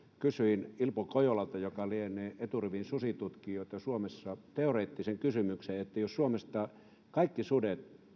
kysyin ilpo kojolalta joka lienee eturivin susitutkijoita suomessa teoreettisen kysymyksen että jos suomesta kaikki sudet